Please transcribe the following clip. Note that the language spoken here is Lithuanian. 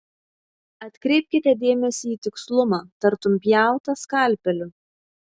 atkreipkite dėmesį į tikslumą tartum pjauta skalpeliu